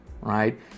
right